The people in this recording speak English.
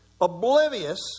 oblivious